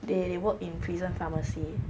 they they work in prison pharmacy